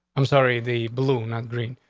i'm sorry. the blue not green.